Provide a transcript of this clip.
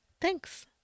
thanks